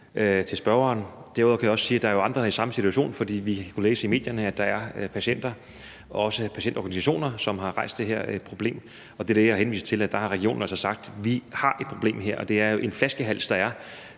Derudover kan jeg også sige, at der er andre i samme situation, for vi kunne jo læse i medierne, at der er patienter, også patientorganisationer, som har rejst det her problem, og det er der, jeg har henvist til, at regionen altså har sagt: Vi har et problem her. Og det er jo en flaskehals, der er,